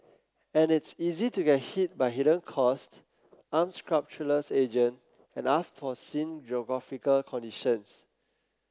and it's easy to get hit by hidden costs unscrupulous agent and unforeseen geographical conditions